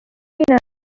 with